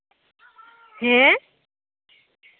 ᱦᱮᱸ